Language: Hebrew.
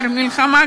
עוד שנה.